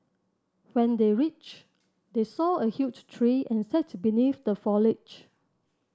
when they reached they saw a huge tree and sat beneath the foliage